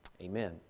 amen